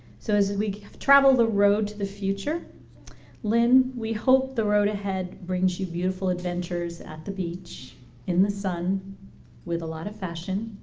so as we travel the road to the future lynn we hope the road ahead brings you beautiful adventures at the beach in the sun with a lot of fashion.